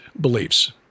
beliefs